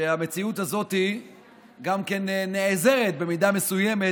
והמציאות הזאת גם נעזרת במידה מסוימת